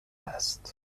است